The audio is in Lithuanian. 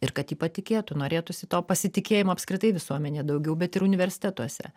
ir kad ji patikėtų norėtųsi to pasitikėjimo apskritai visuomenėje daugiau bet ir universitetuose